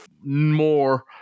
more